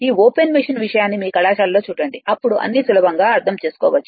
ఈ open machine విషయాన్ని మీ కళాశాలలో చూడండి అప్పుడు అన్నీ సులభంగా అర్థం చేసుకోవచ్చు